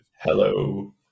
Hello